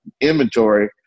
inventory